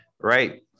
right